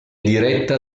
diretta